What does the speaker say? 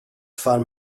farm